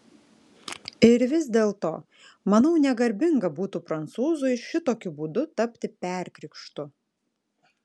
ir vis dėlto manau negarbinga būtų prancūzui šitokiu būdu tapti perkrikštu